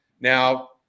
Now